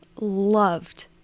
loved